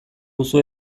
duzu